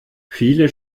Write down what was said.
viele